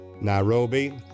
Nairobi